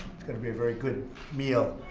it's going to be a very good meal.